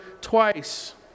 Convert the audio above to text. twice